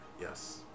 Yes